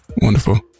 Wonderful